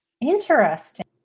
Interesting